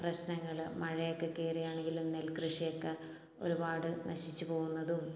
പ്രശ്നങ്ങൾ മഴയൊക്കെ കയറിയാണെങ്കിലും നെൽകൃഷി ഒക്കെ ഒരുപാട് നശിച്ച് പോവുന്നതും